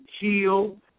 heal